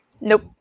nope